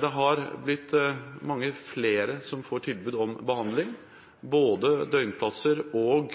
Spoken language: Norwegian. Det har blitt mange flere som får tilbud om behandling – både døgnplasser og